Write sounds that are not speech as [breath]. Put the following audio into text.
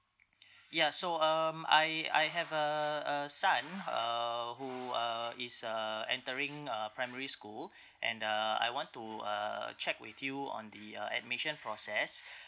[breath] ya so um I I have a a son uh who uh is uh entering a primary school [breath] and uh I want to uh check with you on the uh admission process [breath]